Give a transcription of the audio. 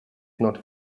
not